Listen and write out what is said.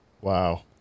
Wow